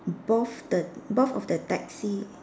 both the both of the taxi